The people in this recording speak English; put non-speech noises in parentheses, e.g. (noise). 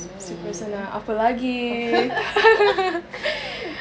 super senang apa lagi (laughs)